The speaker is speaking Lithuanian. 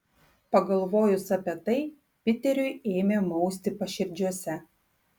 pagalvojus apie tai piteriui ėmė mausti paširdžiuose